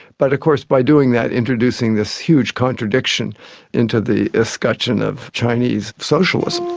but of course by doing that, introducing this huge contradiction into the escutcheon of chinese socialism.